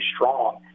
strong